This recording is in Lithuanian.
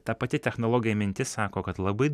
ta pati technologija mintis sako kad labai